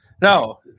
No